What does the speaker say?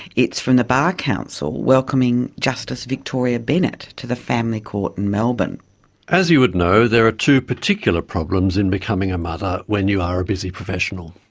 it's from the bar council welcoming justice victoria bennett to the family court in melbourne reading as you would know, there are two particular problems in becoming a mother when you are a busy professional.